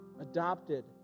adopted